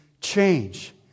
change